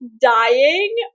dying